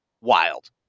Wild